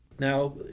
Now